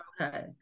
Okay